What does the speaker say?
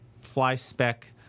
fly-spec